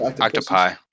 Octopi